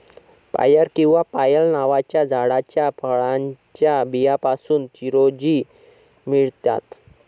पायर किंवा पायल नावाच्या झाडाच्या फळाच्या बियांपासून चिरोंजी मिळतात